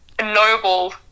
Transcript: noble